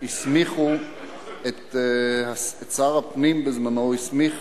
הסמיכו את שר הפנים בזמנו, הוא הסמיך